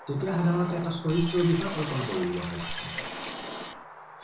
তেতিয়া সাধাৰণতে এটা চৰিত্ৰৰ বিষয়ে কল্পনা কৰি লোৱা হয় প্ৰথমতে